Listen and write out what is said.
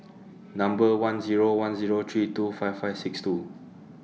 Number one Zero one Zero three two five five six two